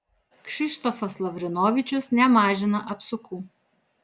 kšištofas lavrinovičius nemažina apsukų